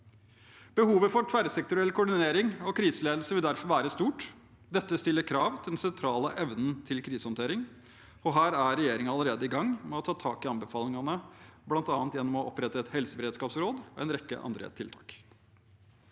Behovet for tverrsektoriell koordinering og kriseledelse vil derfor være stort. Dette stiller krav til den sentrale evnen til krisehåndtering, og her er regjeringen alle rede i gang med å ta tak i anbefalingene, bl.a. gjennom å opprette et helseberedskapsråd og en rekke andre tiltak.